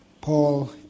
Paul